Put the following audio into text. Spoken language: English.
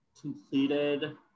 completed